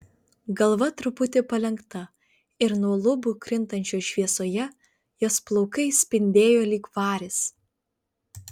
galva truputį palenkta ir nuo lubų krintančioj šviesoje jos plaukai spindėjo lyg varis